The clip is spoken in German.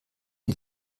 die